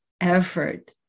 effort